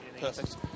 Perfect